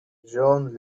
john